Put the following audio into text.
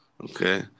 Okay